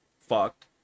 fucked